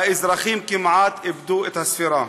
האזרחים כמעט איבדו את הספירה.